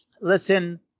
listen